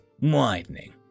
widening